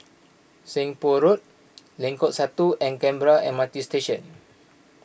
Seng Poh Road Lengkok Satu and Canberra M R T Station